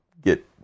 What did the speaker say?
get